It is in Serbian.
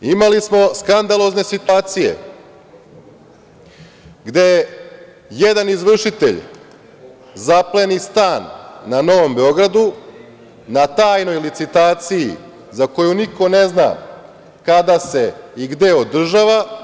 Imali smo skandalozne situacije gde jedan izvršitelj zapleni stan na Novom Beogradu, na tajnoj licitaciji za koju niko ne zna kada se i gde održava.